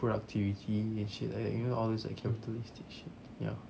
productivity and shit like that you know all those capitalistic shit ya